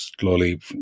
slowly